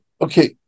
Okay